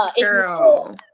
Girl